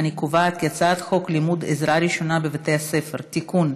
אני קובעת כי הצעת חוק לימוד עזרה ראשונה בבתי ספר (תיקון),